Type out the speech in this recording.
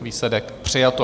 Výsledek: přijato.